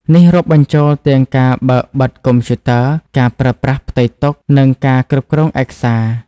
នេះរាប់បញ្ចូលទាំងការបើក-បិទកុំព្យូទ័រ ការប្រើប្រាស់ផ្ទៃតុ និងការគ្រប់គ្រងឯកសារ។